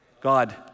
God